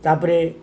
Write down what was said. ତାପରେ